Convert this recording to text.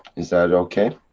is that okay?